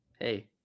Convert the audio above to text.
hey